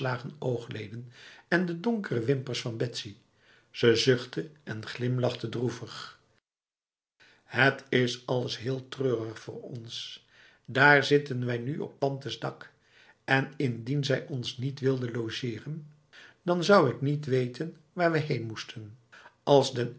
oogleden en de donkere wimpers van betsy ze zuchtte en glimlachte droevig het is alles heel treurig voor ons daar zitten wij nu op tantes dak en indien zij ons niet wilde logeren dan zou ik niet weten waar we heen moesten als den